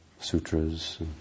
Sutras